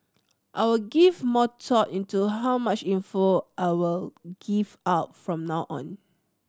I will give more thought into how much info I will give out from now on